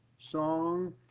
song